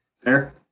Fair